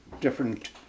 different